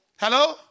Hello